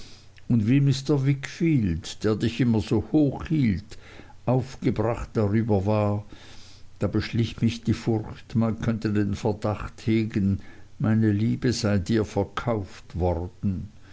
und wie mr wickfield der dich immer so hoch hielt aufgebracht darüber war da beschlich mich die furcht man könne den verdacht hegen meine liebe sei dir verkauft worden